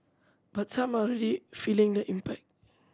but some are already feeling the impact